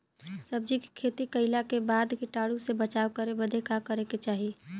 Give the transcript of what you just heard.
सब्जी के खेती कइला के बाद कीटाणु से बचाव करे बदे का करे के चाही?